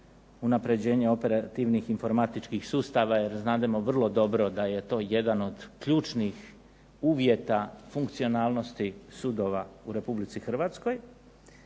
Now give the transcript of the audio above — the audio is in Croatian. unapređenje operativnih informatičkih sustava, jer znamo vrlo dobro da je to jedan od ključnih uvjeta funkcionalnosti sudova u Republici Hrvatskoj.